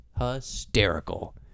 hysterical